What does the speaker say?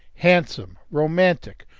handsome, romantic,